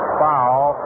foul